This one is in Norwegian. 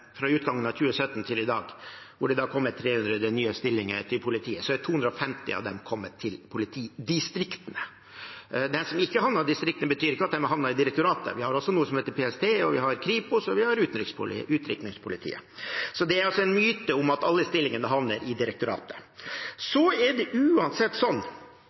fra utgangen av 2017 til i dag, hvor det har kommet 300 nye stillinger til politiet, har 250 av dem kommet til politidistriktene. At noen ikke har havnet i politidistriktene, betyr ikke at de har havnet i direktoratet. Vi har også noe som heter PST, Kripos og Utrykningspolitiet. Det er en myte at alle stillingene havner i direktoratet. Det er uansett